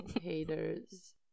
haters